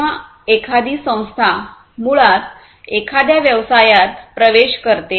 जेव्हा एखादी संस्था मुळात एखाद्या व्यवसायात प्रवेश करते